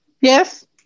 yes